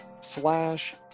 slash